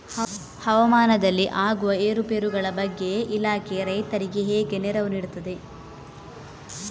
ಹವಾಮಾನದಲ್ಲಿ ಆಗುವ ಏರುಪೇರುಗಳ ಬಗ್ಗೆ ಇಲಾಖೆ ರೈತರಿಗೆ ಹೇಗೆ ನೆರವು ನೀಡ್ತದೆ?